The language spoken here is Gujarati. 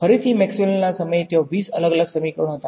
ફરીથી મેક્સવેલના સમયે ત્યા ૨૦ અલગ અલગ સમીકરણો હતા